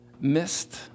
missed